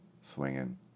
swinging